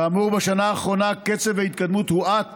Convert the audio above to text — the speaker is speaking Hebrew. כאמור, בשנה האחרונה קצב ההתקדמות הואט